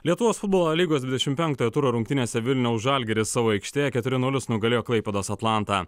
lietuvos futbolo lygos dvidešim penktojo turo rungtynėse vilniaus žalgiris savo aikštėje keturi nulis nugalėjo klaipėdos atlantą